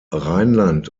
rheinland